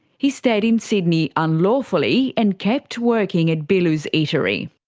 he stayed in sydney unlawfully, and kept working at billu's eatery.